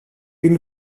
την